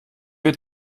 wir